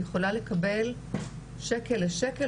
היא יכולה לקבל שקל לשקל,